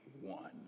one